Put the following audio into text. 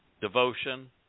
devotion